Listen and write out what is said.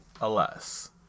Alas